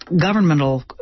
governmental